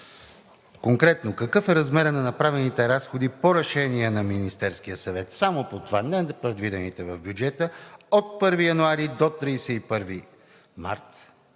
Конкретно: какъв е размерът на направените разходи по решения на Министерския съвет – само по това, не предвидените в бюджета – от 1 януари до 31 март?